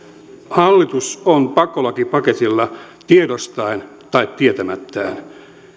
hallitus on pakkolakipaketilla tiedostaen tai tietämättään